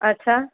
અચ્છા